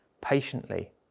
patiently